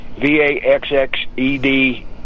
V-A-X-X-E-D